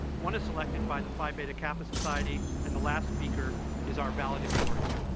one is selected by the phi beta kappa society. and the last speaker is our valedictorian.